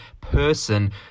person